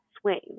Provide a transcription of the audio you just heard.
swing